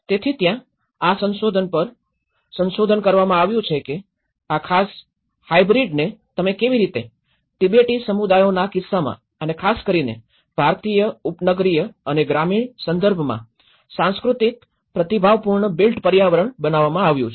તેથી ત્યાં આ સંશોધન પર સંશોધન કરવામાં આવ્યું છે કે આ ખાસ હાયબ્રીડને તમે કેવી રીતે તિબેટી સમુદાયોના કિસ્સામાં અને ખાસ કરીને ભારતીય ઉપનગરીય અને ગ્રામીણ સંદર્ભમાં સાંસ્કૃતિક પ્રતિભાવપૂર્ણ બિલ્ટ પર્યાવરણ બનાવવામાં આવ્યું છે